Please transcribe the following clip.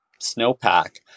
snowpack